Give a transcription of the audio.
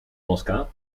moskou